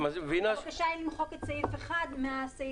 הבקשה היא למחוק את סעיף (1) מהסעיף.